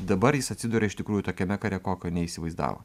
dabar jis atsiduria iš tikrųjų tokiame kare kokio neįsivaizdavo